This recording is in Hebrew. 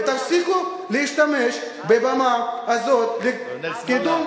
אז או שתקבלו החלטות אמיתיות ותפסיקו להשתמש בבמה הזאת לקידום,